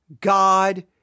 God